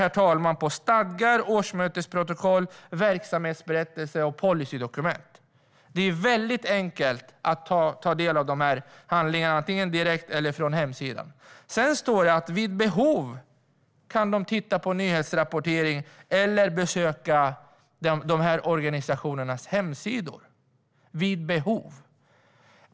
De tittar på stadgar, årsmötesprotokoll, verksamhetsberättelser och policydokument. Det är väldigt enkelt att ta del av de handlingarna, antingen direkt eller från hemsidan. Det står också att de vid behov kan titta på nyhetsrapportering eller besöka organisationernas hemsidor - vid behov.